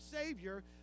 Savior